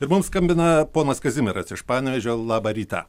ir mums skambina ponas kazimieras iš panevėžio labą rytą